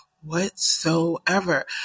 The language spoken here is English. whatsoever